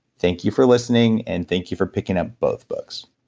thank you for listening and thank you for picking up both books